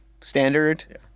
standard